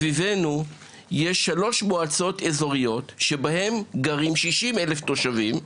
מסביבנו יש שלוש מועצות אזוריות שבהן גרים 60,000 תושבים,